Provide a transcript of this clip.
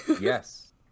Yes